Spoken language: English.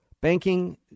banking